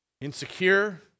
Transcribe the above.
insecure